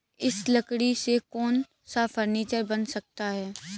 इस लकड़ी से कौन सा फर्नीचर बन सकता है?